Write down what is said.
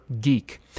geek